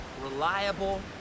reliable